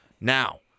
now